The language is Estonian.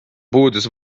puudus